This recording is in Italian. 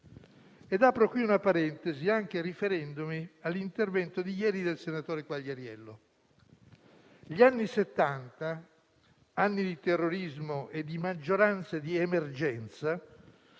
Apro una parentesi anche riferendomi all'intervento di ieri del senatore Quagliariello: gli anni Settanta, anni di terrorismo e di maggioranza di emergenza,